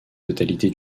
totalité